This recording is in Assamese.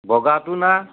বগাটো না